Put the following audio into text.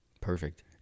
perfect